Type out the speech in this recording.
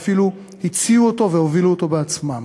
ואפילו הציעו אותו והובילו אותו בעצמם.